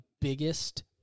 biggest